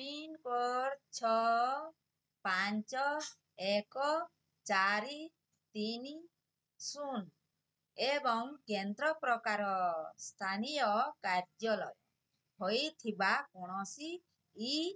pincode ଛଅ ପାଞ୍ଚ ଏକ ଚାରି ତିନି ଶୂନ ଏବଂ କେନ୍ଦ୍ର ପ୍ରକାର ସ୍ଥାନୀୟ କାର୍ଯ୍ୟାଳୟ ହୋଇଥିବା କୌଣସି ଇ